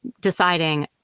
deciding